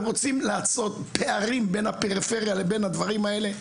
אתם רוצים לעשות פערים בין הפריפריה לבין הדברים האלה,